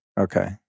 Okay